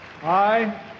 Hi